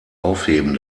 aufheben